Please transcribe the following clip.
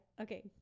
Okay